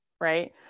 right